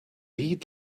heat